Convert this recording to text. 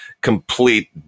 complete